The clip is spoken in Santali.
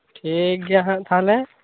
ᱴᱷᱤᱠ ᱜᱮᱭᱟ ᱦᱟᱸᱜ ᱛᱟᱦᱞᱮ